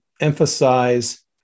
emphasize